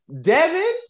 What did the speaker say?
Devin